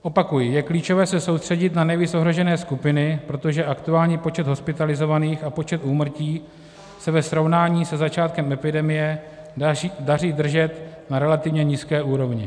Opakuji, je klíčové se soustředit na nejvíc ohrožené skupiny, protože aktuální počet hospitalizovaných a počet úmrtí se ve srovnání se začátkem epidemie daří držet na relativně nízké úrovni.